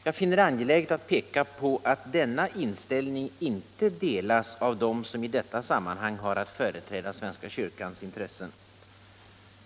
Jag finner det angeläget att peka på att denna inställning inte delas av dem som i detta sammanhang har att företräda svenska kyrkans intressen.